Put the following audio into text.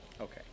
Okay